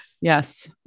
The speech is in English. Yes